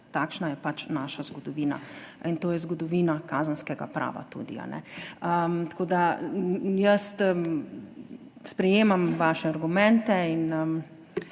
takšna je pač naša zgodovina in to je tudi zgodovina kazenskega prava. Tako da jaz sprejemam vaše argumente.